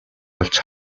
олж